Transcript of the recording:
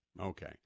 Okay